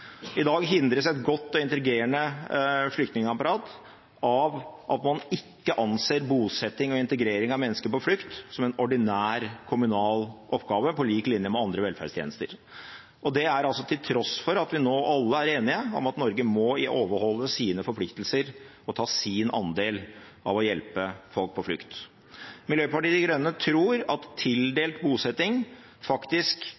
I dag hindres et godt og integrerende flyktningapparat av at man ikke anser bosetting og integrering av mennesker på flukt som en ordinær kommunal oppgave på lik linje med andre velferdstjenester. Det er altså til tross for at vi nå alle er enige om at Norge må overholde sine forpliktelser og ta sin andel av å hjelpe folk på flukt. Miljøpartiet De Grønne tror at tildelt bosetting faktisk